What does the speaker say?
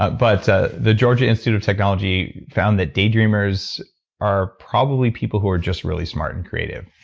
but but the georgia institute of technology found that daydreamers are probably people who are just really smart and creative.